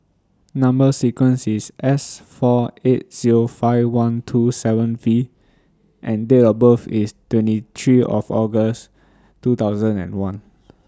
Number sequence IS S four eight Zero five one two seven V and Date of birth IS twenty three of August two thousand and one